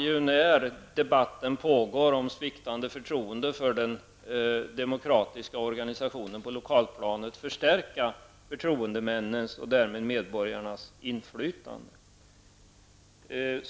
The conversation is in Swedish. När nu debatten pågår om det sviktande förtroendet för den demokratiska organisationen på det lokala planet, borde man tvärtom förstärka förtroendemännens och därmed medborgarnas inflytande.